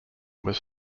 was